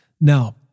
Now